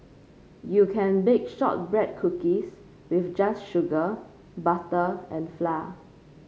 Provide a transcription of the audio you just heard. you can bake shortbread cookies with just sugar butter and flour